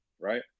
right